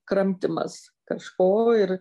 kramtymas kažko ir